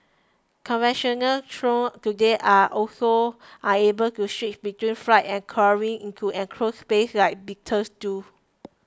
conventional drones today are also unable to switch between flight and crawling into enclosed spaces like beetles do